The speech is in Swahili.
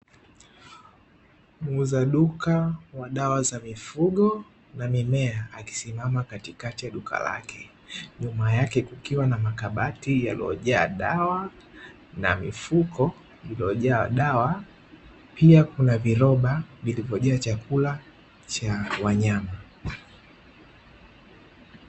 Muuza duka wa dawa za mifugo na mimea, akisimama katikati ya duka lake, nyuma yake kukiwa na makabati yaliyojaa dawa na mifuko iliyojaa dawa, pia kuna viroba vilivyojaa chakula cha wanyama.